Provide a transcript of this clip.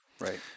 Right